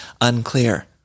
Unclear